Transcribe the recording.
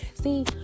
see